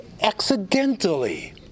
accidentally